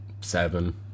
Seven